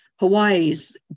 Hawaii's